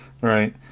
Right